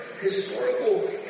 historical